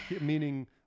Meaning